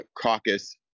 caucus